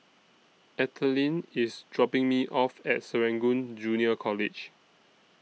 Ethelyn IS dropping Me off At Serangoon Junior College